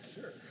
Sure